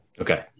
Okay